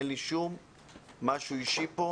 אין לי משהו אישי כאן